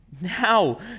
Now